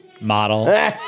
model